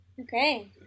Okay